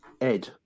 Ed